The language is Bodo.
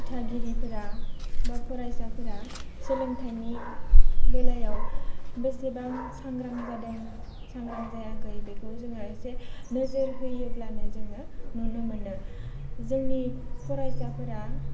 दिथागिरिफोरा बा फरायसाफोरा सोलोंथाइनि बेलायाव बेसेबां सांग्रां जादों सांग्रां जायाखै बेखौ जोङो एसे नोजोर होयोब्लानो जोङो नुनो मोनो जोंनि फरायसाफोरा